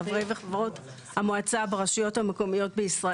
חברי וחברות המועצה ברשויות המקומיות בישראל.